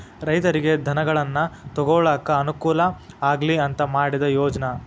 ರೈತರಿಗೆ ಧನಗಳನ್ನಾ ತೊಗೊಳಾಕ ಅನಕೂಲ ಆಗ್ಲಿ ಅಂತಾ ಮಾಡಿದ ಯೋಜ್ನಾ